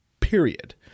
Period